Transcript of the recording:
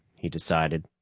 he decided.